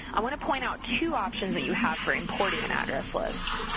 i want to point out two options that you have for importing an address list.